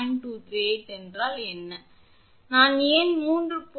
238 என்றால் என்ன நான் ஏன் 3